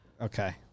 Okay